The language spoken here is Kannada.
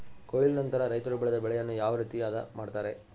ಕೊಯ್ಲು ನಂತರ ರೈತರು ಬೆಳೆದ ಬೆಳೆಯನ್ನು ಯಾವ ರೇತಿ ಆದ ಮಾಡ್ತಾರೆ?